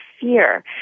fear